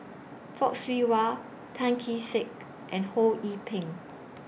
Fock Siew Wah Tan Kee Sek and Ho Yee Ping